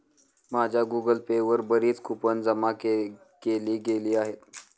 माझ्या Google Pay वर बरीच कूपन जमा केली गेली आहेत